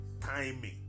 timing